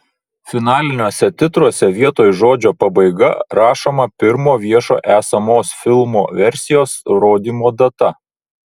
finaliniuose titruose vietoj žodžio pabaiga rašoma pirmo viešo esamos filmo versijos rodymo data